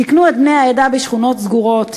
שיכנו את בני העדה בשכונות סגורות.